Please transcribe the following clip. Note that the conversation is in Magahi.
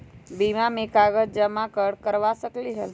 बीमा में कागज जमाकर करवा सकलीहल?